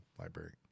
library